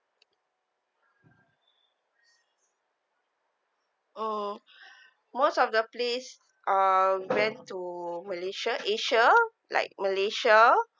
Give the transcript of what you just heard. mm most of the place um went to malaysia asia like malaysia